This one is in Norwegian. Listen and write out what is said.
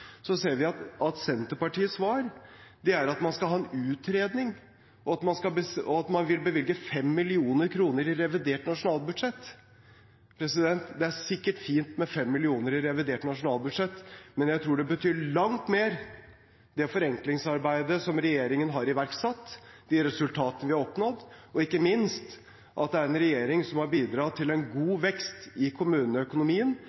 ser vi at Senterpartiets svar er at man skal ha en utredning, og at man vil bevilge 5 mill. kr i revidert nasjonalbudsjett. Det er sikkert fint med 5 mill. kr i revidert nasjonalbudsjett, men jeg tror det betyr langt mer det forenklingsarbeidet regjeringen har iverksatt, de resultatene vi har oppnådd, og ikke minst at det er en regjering som har bidratt til